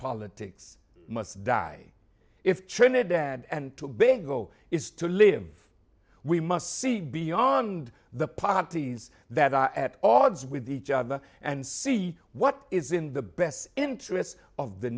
politics must die if trinidad and tobago is to live we must see beyond the parties that are at odds with each other and see what is in the best interests of the